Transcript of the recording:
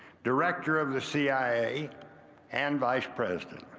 director of the cia and vice president.